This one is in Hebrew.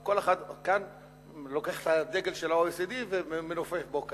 כל אחד כאן לוקח את הדגל של ה-OECD ומנופף בו.